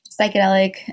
psychedelic